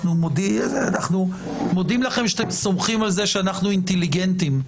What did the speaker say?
אנחנו מודים לכם שאתם סומכים על זה שאנחנו אינטליגנטים,